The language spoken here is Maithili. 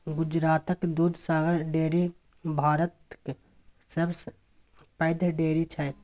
गुजरातक दुधसागर डेयरी भारतक सबसँ पैघ डेयरी छै